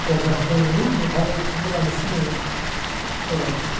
गंगारफोरखौ नुयो नेपालिफोरखौ बांसिन नुयो गरायखौ